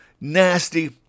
nasty